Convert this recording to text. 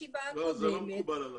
בישיבה הקודמת --- לא, זה לא מקובל עליי.